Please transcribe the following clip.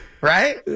Right